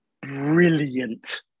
brilliant